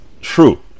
True